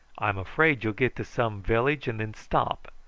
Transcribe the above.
i'm afraid you'll get to some village and then stop,